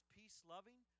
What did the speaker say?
peace-loving